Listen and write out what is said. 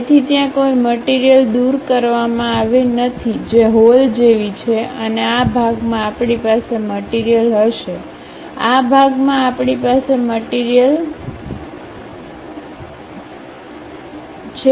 તેથી ત્યાં કોઈ મટીરીયલ દૂર કરવામાં આવી નથી જે હોલ જેવી છે અને આ ભાગમાં આપણી પાસે મટીરીયલ હશે આ ભાગમાં આપણી પાસે મટીરીયલ હશે